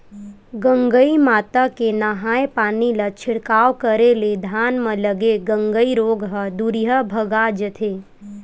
गंगई माता के नंहाय पानी ला छिड़काव करे ले धान म लगे गंगई रोग ह दूरिहा भगा जथे